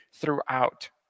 throughout